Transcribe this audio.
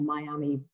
Miami